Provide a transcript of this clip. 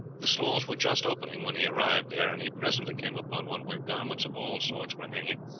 the stalls were just opening when he arrived there, and he presently came upon one where garments of all sorts were hanging.